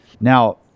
Now